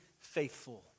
faithful